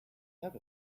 have